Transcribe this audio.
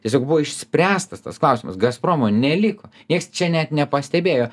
tiesiog buvo išspręstas tas klausimas gazpromo neliko nieks čia net nepastebėjo